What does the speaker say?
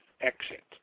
exit